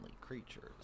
Creatures